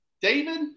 David